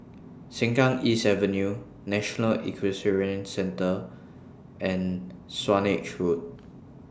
Sengkang East Avenue National Equestrian Centre and Swanage Road